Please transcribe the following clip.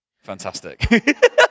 Fantastic